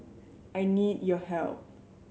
I need your help